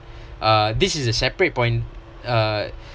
uh this is a separate point uh